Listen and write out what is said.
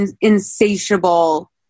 insatiable